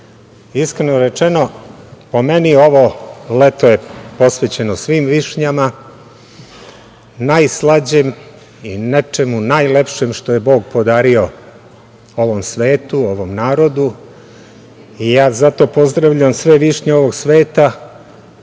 višnje. Iskreno rečeno, po meni, ovo leto je posvećeno svim višnjama, najslađem i nečemu najlepšem što je Bog podario ovom svetu, ovom narodu. Zato pozdravljam sve višnje ovog sveta